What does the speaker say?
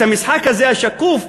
המשחק הזה, השקוף,